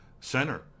center